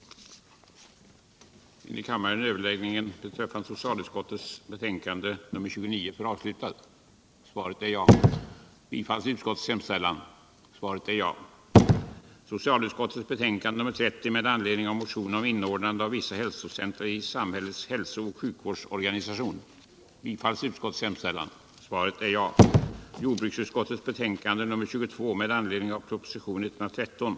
Användningen smärtstillande av vården frågor 150